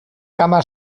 cama